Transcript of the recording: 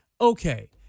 Okay